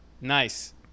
Nice